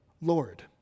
Lord